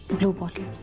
blue bottle.